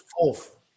fourth